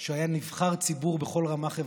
שהוא היה נבחר ציבור בכל רמ"ח איבריו,